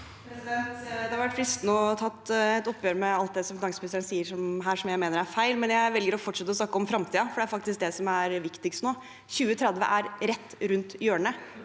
Det hadde vært fristende å ta et oppgjør med alt det finansministeren sier her som jeg mener er feil, men jeg velger å fortsette å snakke om fremtiden, for det er faktisk det som er viktigst nå. 2030 er rett rundt hjørnet.